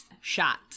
shot